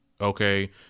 Okay